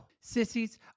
Sissies